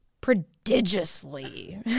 Prodigiously